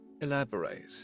Elaborate